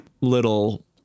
little